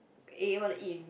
eh want to eat with me